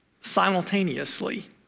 simultaneously